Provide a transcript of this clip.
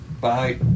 Bye